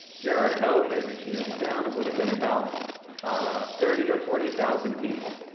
jericho is a huge town of what had been about thirty or forty thousand people,